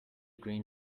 green